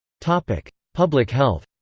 public public health